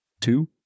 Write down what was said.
Two